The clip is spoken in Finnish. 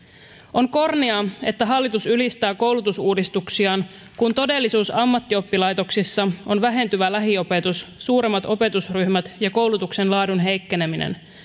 on kornia että hallitus ylistää koulutusuudistuksiaan kun todellisuus ammattioppilaitoksissa on vähentyvä lähiopetus suuremmat opetusryhmät ja koulutuksen laadun heikkeneminen